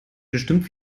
bestimmt